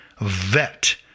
vet